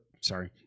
sorry